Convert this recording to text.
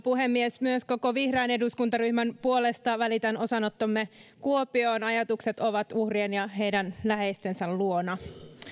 puhemies myös koko vihreän eduskuntaryhmän puolesta välitän osanottomme kuopioon ajatukset ovat uhrien ja heidän läheistensä luona